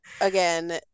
Again